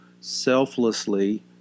selflessly